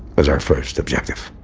was our first objective.